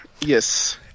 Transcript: yes